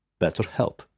BetterHelp